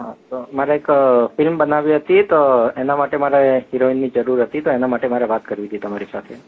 હા તો મારે એક ફિલ્મ બનાવવી હતી તો એના માટે મારે હીરોઇનની જરૂર હતી તો એના માટે વાત કરવી હતી તમારી સાથે